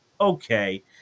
Okay